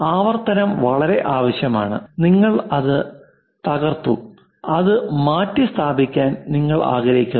ആവർത്തനം വളരെ ആവശ്യമാണ് കാരണം നിങ്ങൾ അത് തകർത്തു അത് മാറ്റിസ്ഥാപിക്കാൻ നിങ്ങൾ ആഗ്രഹിക്കുന്നു